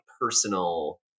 personal